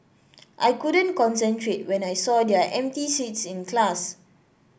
I couldn't concentrate when I saw their empty seats in class